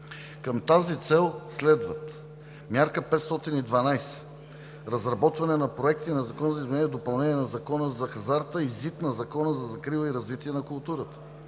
Към тази цел следват: Мярка 512 – „Разработване на проекти на Закона за изменение и допълнение на Закона за хазарта и ЗИД на Закона за закрила и развитие на културата“;